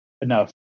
enough